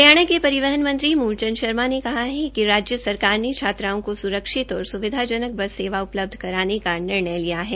हरियाणा के परिवहन मंत्री मूल चंद शर्मा ने कहा है कि राज्य सरकार ने छात्राओं को सुरक्षित और सुविधाजनक बस सेवा उपलब्ध करवाने का निर्णय लिया है